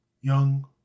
young